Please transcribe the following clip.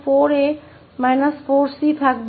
तो 4𝐴 4𝐶 होगा इसलिए 4𝐴 4𝐶 होगा